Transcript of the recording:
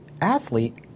athlete